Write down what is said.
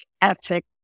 ethic